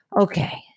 Okay